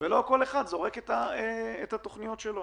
ולא כל אחד זורק את התוכניות שלו.